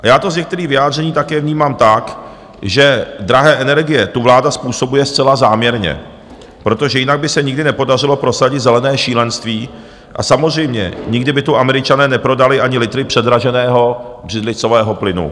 A já to z některých vyjádření také vnímám tak, že drahé energie tu vláda způsobuje zcela záměrně, protože jinak by se nikdy nepodařilo prosadit zelené šílenství, a samozřejmě nikdy by tu Američané neprodali ani litr předraženého břidlicového plynu.